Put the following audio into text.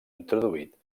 introduït